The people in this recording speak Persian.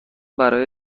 برای